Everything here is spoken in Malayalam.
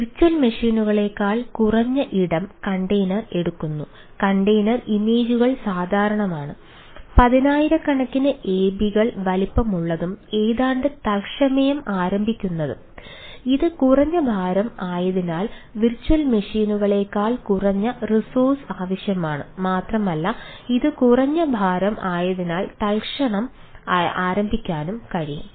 വെർച്വൽ മെഷീനുകളേക്കാൾ കുറഞ്ഞ ഇടം കണ്ടെയ്നർ എടുക്കുന്നു കണ്ടെയ്നർ ആവശ്യമാണ് മാത്രമല്ല ഇത് കുറഞ്ഞ ഭാരം ആയതിനാൽ തൽക്ഷണം ആരംഭിക്കാനും കഴിയും